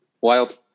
Wild